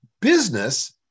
business